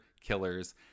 killers